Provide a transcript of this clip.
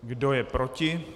Kdo je proti?